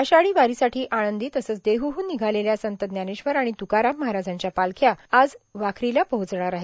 आषाढी वारीसाठी आळंदी तसंच देहूहून निघालेल्या संत ज्ञानेश्वर आणि तुकाराम महाराजांच्या पालख्या आज वाखरीला पोहोचणार आहे